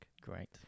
Great